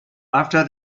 after